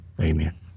Amen